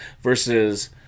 versus